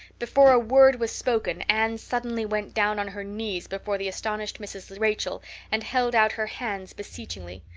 before a word was spoken anne suddenly went down on her knees before the astonished mrs. rachel and held out her hands beseechingly.